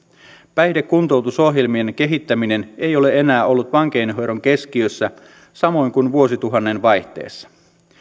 päihdekuntoutusohjelmien kehittäminen ei ole enää ollut vankeinhoidon keskiössä samoin kuin vuosituhannen vaihteessa